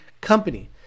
company